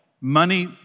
Money